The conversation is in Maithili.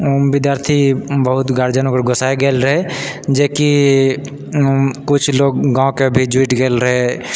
विद्यार्थी बहुत गारजियन ओकर गोसाए गेल रहए जेकि किछु लोग गाँवके भी जुटि गेल रहए